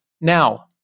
Now